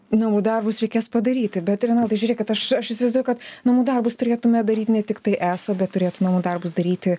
namų darbus reikės padaryti bet renaldai žiūrėkit aš aš įsivaizduoju kad namų darbus turėtume daryt ne tiktai eso bet turėtų namų darbus daryti